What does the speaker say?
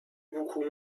beaucoup